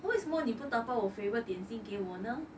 为什么你不打包我的 favourite 点心给我呢